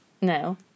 no